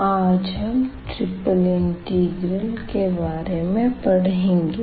आज हम triple integral के बारे में पढ़ेंगे